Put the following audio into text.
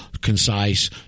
concise